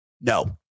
No